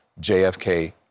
JFK